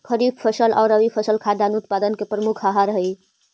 खरीफ फसल आउ रबी फसल खाद्यान्न उत्पादन के मुख्य आधार हइ